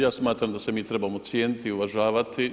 Ja smatram da se mi trebamo cijeniti i uvažavati.